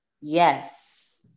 Yes